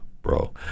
bro